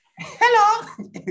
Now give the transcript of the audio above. Hello